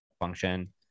function